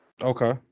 Okay